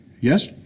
yes